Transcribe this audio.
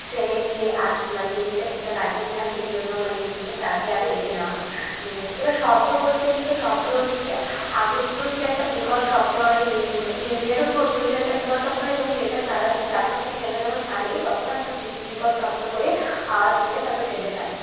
টেনের যে আর মানে ইঞ্জিনটা ঠিকঠাক আছে কিনা সেই জন্য মানে ইঞ্জিনটা স্টার্ট দিয়ে আগে দেখে নেওয়া হয় এবার শব্দ বলতে গেলে শব্দ হচ্ছে আগে প্রচুর একটা বিকট শব্দ হয় ইন ইঞ্জিনের ওপর প্রচুর একটা বিকট শব্দ হয় এবং ট্রেনটা ছাড়ার প্ল্যাটফর্ম থেকে ট্রেনটা যখন ছাড়ে তখনও একটা বিকো বিকট শব্দ করে আওয়াজ করে তারপর ট্রেনটা ছাড়ে